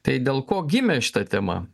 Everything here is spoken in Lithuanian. tai dėl ko gimė šita tema